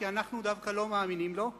כי אנחנו דווקא לא מאמינים לו.